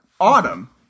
autumn